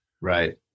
Right